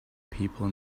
people